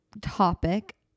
topic